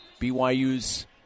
BYU's